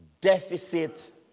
deficit